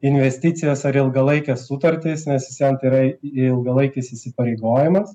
investicijas ar ilgalaikes sutartis nes vis vien tai yra ilgalaikis įsipareigojimas